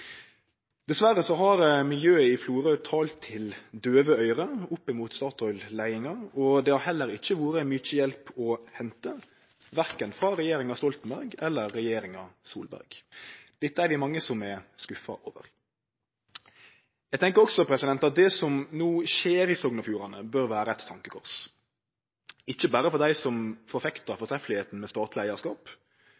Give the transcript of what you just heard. Dessverre har miljøet i Florø talt til døve øyre opp mot Statoil-leiinga, og det har heller ikkje vore mykje hjelp å hente, verken frå regjeringa Stoltenberg eller frå regjeringa Solberg. Dette er det mange som er skuffa over. Eg tenkjer også at det som no skjer i Sogn og Fjordane, bør vere eit tankekors, ikkje berre for dei som forfektar